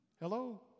Hello